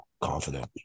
confident